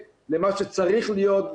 שוב, גם בעניין הזה אנחנו מוכנים להיות הפיילוט.